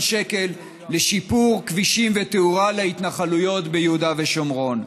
שקל לשיפור כבישים ותאורה להתנחלויות ביהודה ושומרון.